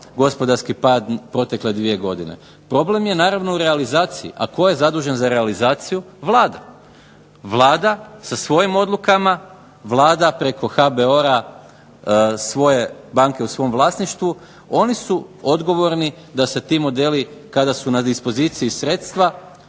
gospodarski pad protekle dvije godine. Problem je naravno u realizaciji, a tko je zadužen za realizaciju? Vlada. Vlada sa svojim odlukama, Vlada preko HBOR-a svoje banke u svom vlasništvu, oni su odgovorni da se ti modeli kada su na dispoziciji sredstva